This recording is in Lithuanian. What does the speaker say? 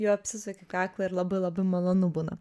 juo apsisuki kaklą ir labai labai malonu būna